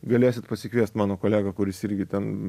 galėsit pasikviest mano kolegą kuris irgi ten